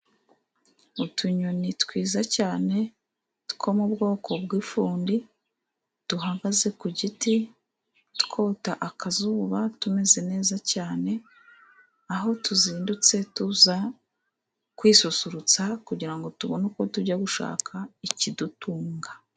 Utunyoni twiza cyane two mu bwoko bw'ifundi, duhagaze ku giti twota akazuba, tumeze neza cyane, aho tuzindutse tuza kwisusurutsa kugirango tubone uko tujya gushaka ikidutunga.